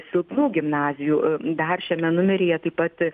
silpnų gimnazijų dar šiame numeryje taip pat